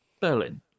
Berlin